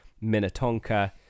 Minnetonka